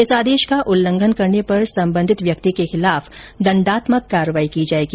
इस आदेश का उल्लंघन करने पर सम्बन्धित व्यक्ति के खिलाफ दण्डात्मक कार्रवाई की जाएगी